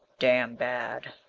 damn bad.